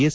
S